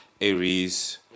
Aries